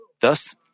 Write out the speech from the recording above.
Thus